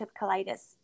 colitis